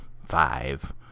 five